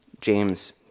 James